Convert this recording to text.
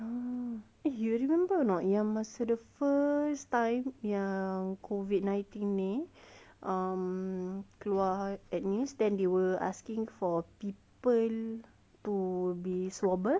mm eh you remember or not yang masa the first time yang COVID nineteen ni um keluar at news then they were asking for people to be yang swabbers